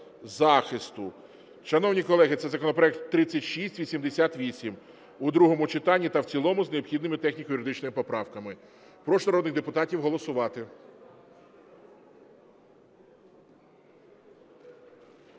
захисту. Шановні колеги, це законопроект 3688. У другому читанні та в цілому з необхідними техніко-юридичними поправками. Прошу народних депутатів голосувати.